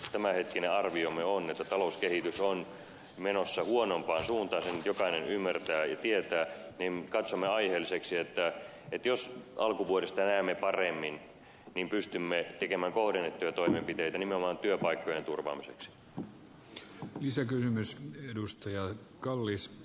kun tämänhetkinen arviomme on että talouskehitys on menossa huonompaan suuntaan sen nyt jokainen ymmärtää ja tietää niin katsomme aiheelliseksi että jos alkuvuodesta näemme paremmin niin pystymme tekemään kohdennettuja toimenpiteitä nimenomaan työpaikkojen turvaamiseksi olisin kyllä myös edustaja kallis